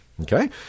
Okay